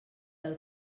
del